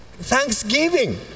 thanksgiving